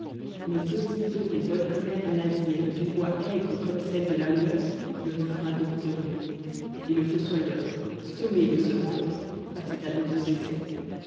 mais aussitôt les bonnes commères nasillaient d'une voix aigre comme celle de la mouette le refrain victorieux et le fossoyeur sommé de se rendre passait à d'autres essais